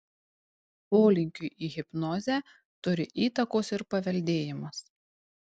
polinkiui į hipnozę turi įtakos ir paveldėjimas